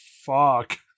Fuck